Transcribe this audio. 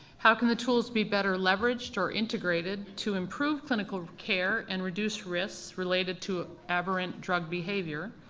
how can the tools be better leveraged or integrated to improve clinical care and reduce risks related to aberrant drug behavior?